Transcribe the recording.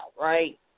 right